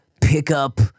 pickup